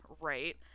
right